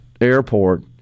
airport